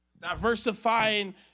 Diversifying